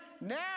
now